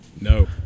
No